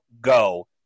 go